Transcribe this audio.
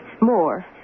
More